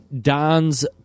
Don's